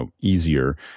easier